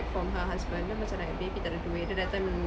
from her husband then macam like baby tak ada duit then the other time